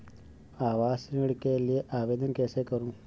आवास ऋण के लिए आवेदन कैसे करुँ?